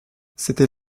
c’était